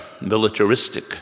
militaristic